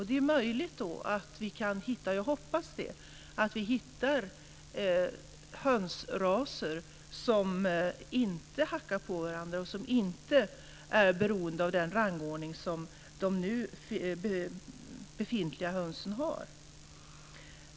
Det är möjligt att vi hittar hönsraser - jag hoppas att vi gör det - med hönor som inte hackar på varandra och som inte är beroende av den rangordning som nu befintliga höns har.